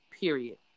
period